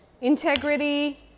integrity